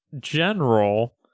general